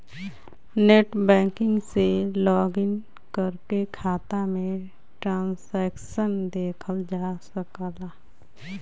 net banking से login करके खाता में ट्रांसैक्शन देखल जा सकला